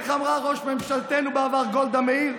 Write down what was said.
איך אמרה ראש ממשלתנו בעבר גולדה מאיר: